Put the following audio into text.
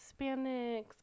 Hispanics